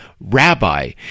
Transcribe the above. rabbi